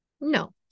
No